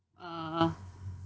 uh